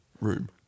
room